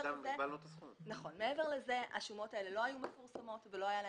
בגלל זה גם הגבלנו את הסכום.